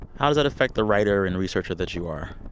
how does that affect the writer and researcher that you are?